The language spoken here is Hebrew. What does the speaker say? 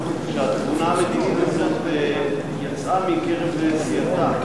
שהתבונה המדינית קצת יצאה מקרב סיעתה,